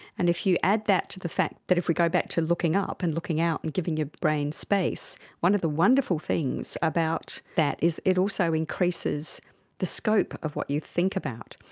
and if you add that to the fact that if we go back to looking up and looking out and giving your brain space, one of the wonderful things about that is it also increases the scope of what you think about.